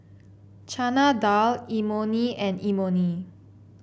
Chana Dal Imoni and Imoni